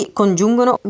congiungono